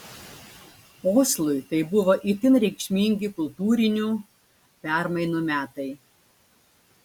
oslui tai buvo itin reikšmingi kultūrinių permainų metai